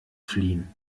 fliehen